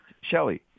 Shelly